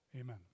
Amen